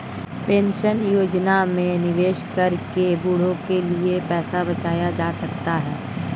pension योजना में निवेश करके बुढ़ापे के लिए पैसा बचाया जा सकता है